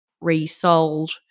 resold